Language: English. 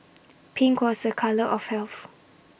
pink was A colour of health